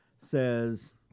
says